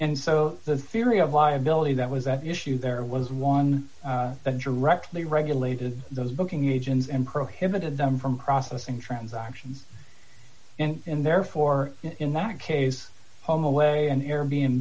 and so the theory of liability that was at issue there was one that directly regulated those booking agents and prohibited them from processing transactions and therefore in that case home away and air b